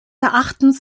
erachtens